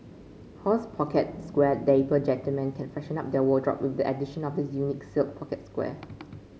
horse pocket square Dapper gentleman can freshen up their wardrobe the addition of this unique silk pocket square